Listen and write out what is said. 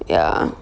ya